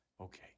Okay